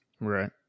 Right